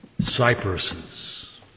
cypresses